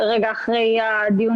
מוחרגת.